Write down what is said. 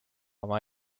oma